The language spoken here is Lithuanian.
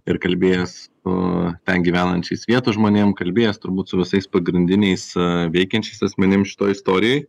ir kalbėjęs o ten gyvenančiais vietos žmonėm kalbėjęs turbūt su visais pagrindiniais veikiančiais asmenim šitoje istorijoj